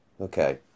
Okay